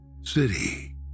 city